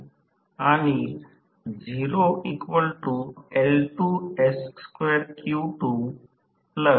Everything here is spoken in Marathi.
मॅक्स T म्हणजेच हे T चे मूल्य आहे ज्यास हे Smax imum टॉर्क आहे आणि त्याला ब्रेकडाउन टॉर्क म्हणतात